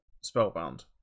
Spellbound